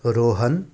Rohan